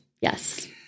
Yes